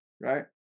right